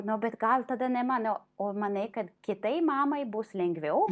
nu bet gal tada ne mano o manai kad kitai mamai bus lengviau